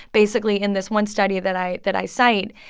basically, in this one study that i that i cite,